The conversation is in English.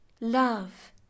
Love